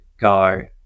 go